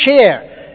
share